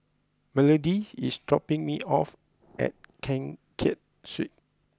Melodee is dropping me off at Keng Kiat Street